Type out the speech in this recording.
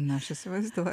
na aš įsivaizduoju